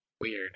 Weird